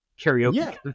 karaoke